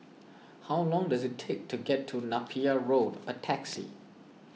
how long does it take to get to Napier Road by taxi